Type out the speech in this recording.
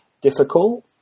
Difficult